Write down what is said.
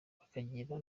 bakagira